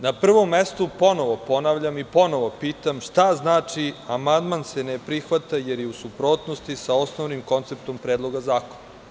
Na prvom mestu, ponovo ponavljam i ponovo pitam, šta znači – amandman se ne prihvata, jer je u suprotnosti sa osnovnim konceptom Predloga zakona?